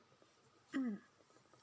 mm